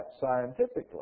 scientifically